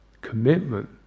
commitment